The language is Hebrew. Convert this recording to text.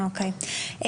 אוקי,